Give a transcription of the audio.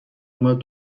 اومد